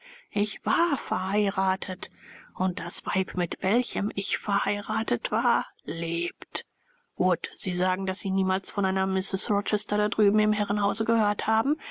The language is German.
ich war verheiratet und das weib mit welchem ich verheiratet war lebt wood sie sagen daß sie niemals von einer mrs rochester da drüben im herrenhause gehört haben